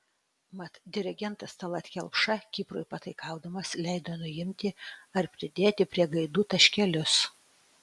mat dirigentas tallat kelpša kiprui pataikaudamas leido nuimti ar pridėti prie gaidų taškelius